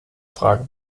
frage